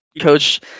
Coach